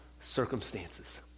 circumstances